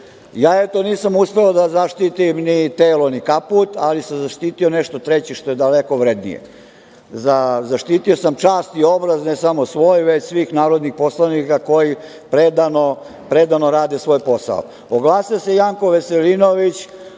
ja eto nisam uspeo da zaštitim ni telo ni kaput, ali sam zaštito nešto treće, što je daleko vrednije. Zaštito sam čast i obraz, ne samo svoj, već svih narodnih poslanika koji predano rade svoj posao. Oglasio se Janko Veselinović